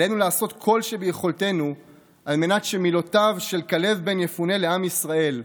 עלינו לעשות כל שביכולתנו על מנת שמילותיו של כלב בן יפונה לעם ישראל,